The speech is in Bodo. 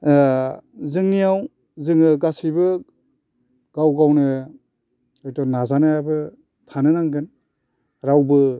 जोंनियाव जोङो गासैबो गाव गावनो हयथ' नाजानायाबो थानो नांगोन रावबो